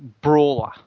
brawler